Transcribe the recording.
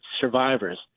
survivors